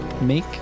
Make